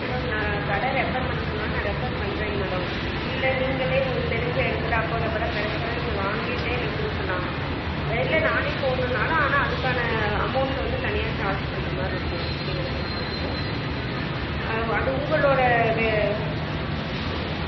madam நான் கடை refer பண்ண சொன்னாலும் நான் ரெஃபர் பண்ணுறேங்க மேடம் இல்லை நீங்களே உங்களுக்கு தெரிந்த இடத்துல அஃபோர்டபுளாக கிடச்சாலும் நீங்கள் வாங்கிட்டே எனக்கு கொடுக்கலாம் இல்லை நானே போகணும்னாலும் ஆனால் அதுக்கான அமௌண்ட் வந்து தனியாக சார்ஜ் பண்ணுற மாதிரி இருக்கும் நீங்கள் தான் பார்த்துக்கணும் அது உங்களோடய வே இதுங்க மேடம்